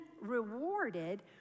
rewarded